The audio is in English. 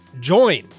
Join